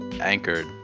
anchored